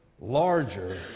larger